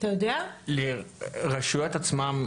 לרשויות עצמן,